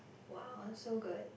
!woah! so good